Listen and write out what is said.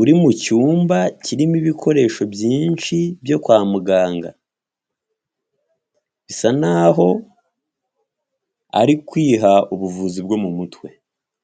uri mu cyumba kirimo ibikoresho byinshi byo kwa muganga bisa naho ari kwiha ubuvuzi bwo mu mutwe.